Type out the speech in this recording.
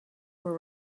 were